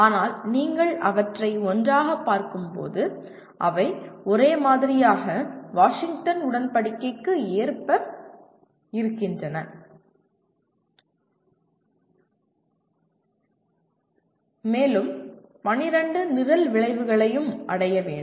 ஆனால் நீங்கள் அவற்றை ஒன்றாகப் பார்க்கும்போது அவை ஒரே மாதிரியாக வாஷிங்டன் உடன்படிக்கைக்கு ஏற்ப இருக்கின்றன மேலும் 12 நிரல் விளைவுகளையும் அடைய வேண்டும்